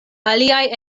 aliaj